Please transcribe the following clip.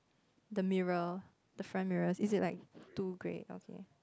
the mirror the front mirrors is it like two grey okay